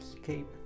escape